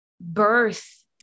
birth